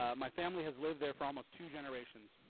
um my family has lived there for almost two generations.